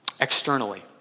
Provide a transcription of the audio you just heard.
externally